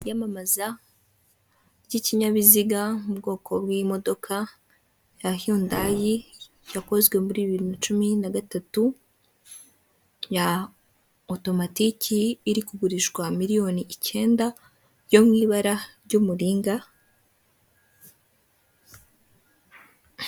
Iyamamaza ry'ikinyabiziga mu bwoko bw'imodoka ya yundayi yakozwe muri bibiri na cumi na gatatu ya otomatiki. Iri kugurishwa miliyoni icyenda yo mu ibara ry'umuringa.